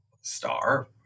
star